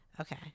Okay